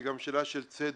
היא גם שאלה של צדק.